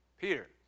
Peter